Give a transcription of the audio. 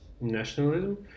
nationalism